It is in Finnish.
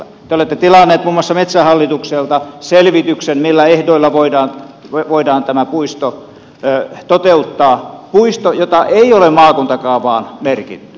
te olette tilanneet muun muassa metsähallitukselta selvityksen millä ehdoilla voidaan tämä puisto toteuttaa puisto jota ei ole maakuntakaavaan merkitty